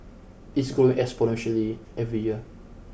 it's growing exponentially every year